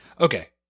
Okay